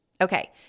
Okay